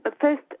first